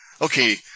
okay